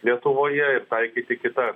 lietuvoje ir taikyti kitas